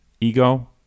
ego